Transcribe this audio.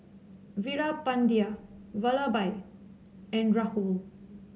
Veerapandiya Vallabhbhai and Rahul